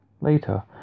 Later